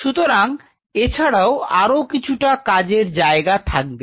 সুতরাং এ ছাড়াও আরও কিছুটা কাজের জায়গা থাকবে